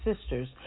sisters